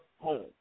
home